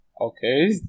Okay